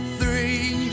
three